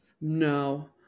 No